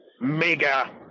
mega